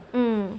mm